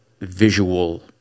visual